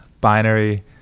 binary